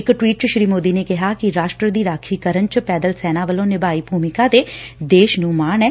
ਇਕ ਟਵੀਟ ਚ ਸ੍ਰੀ ਮੋਦੀ ਨੇ ਕਿਹਾ ਕਿ ਰਾਸ਼ਟਰ ਦੀ ਰਾਖੀ ਕਰਨ ਚ ਪੈਦਲ ਸੈਨਾ ਵੱਲੋ ਨਿਭਾਈ ਭੁਮਿਕਾ ਤੇ ਦੇਸ਼ ਨੰ ਮਾਣ ਐ